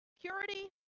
purity